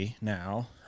now